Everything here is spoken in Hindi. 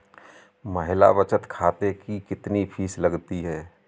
महिला बचत खाते की कितनी फीस लगती है?